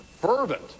fervent